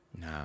No